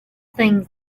things